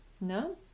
No